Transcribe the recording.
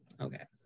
Okay